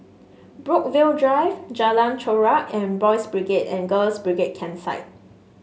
Brookvale Drive Jalan Chorak and Boys' Brigade and Girls' Brigade Campsite